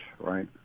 right